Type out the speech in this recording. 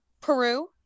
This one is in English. peru